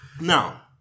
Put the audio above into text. Now